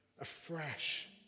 afresh